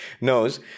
knows